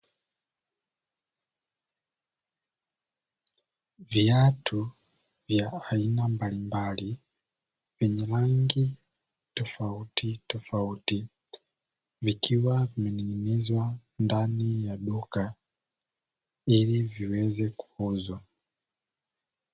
Viatu vya aina mbalimbali vyenye rangi tofautitofauti, vikiwa vimening'inizwa ndani ya duka ili viweze kuuzwa.